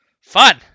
fun